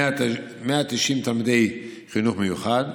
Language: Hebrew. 190 תלמידי חינוך מיוחד,